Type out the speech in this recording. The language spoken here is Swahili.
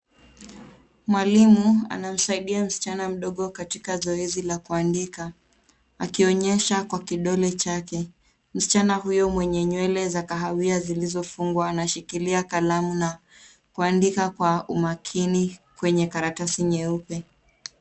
Mwalimu anamsaidia msichana mdogo katika zoezi la kuandika, akionyesha kwa kidole chake. Msichana huyo mwenye nywele za kahawia zilizofungwa anashikilia kalamu na kuandika kwa umakini kwenye karatasi nyeupe.